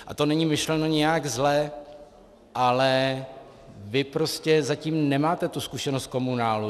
A to není myšleno nijak zle, ale vy prostě zatím nemáte tu zkušenost z komunálu.